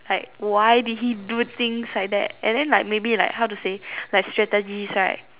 like why did he do things like that and then like maybe how to say like strategies right